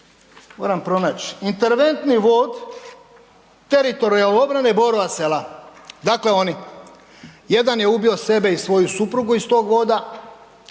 Moram pronaći, interventni vod teritorijalne obrane Borova sela, dakle oni. Jedan je ubio sebe i svoju suprugu iz tog voda,